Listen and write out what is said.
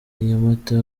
nyamata